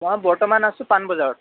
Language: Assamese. মই বৰ্তমান আছোঁ পাণবজাৰত